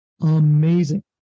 Amazing